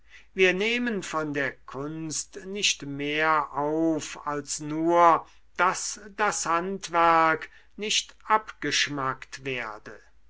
wir nehmen von der kunst nicht mehr auf als nur daß das handwerk nicht abgeschmackt werde